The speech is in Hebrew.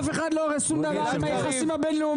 אף אחד לא הורס שום דבר ביחסים הבין-לאומיים.